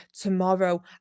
tomorrow